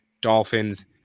dolphins